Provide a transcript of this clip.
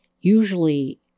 usually